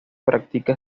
practica